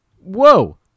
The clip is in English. whoa